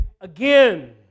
again